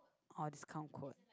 or discount code